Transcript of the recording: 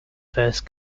first